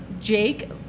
Jake